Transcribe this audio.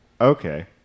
Okay